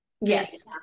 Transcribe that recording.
yes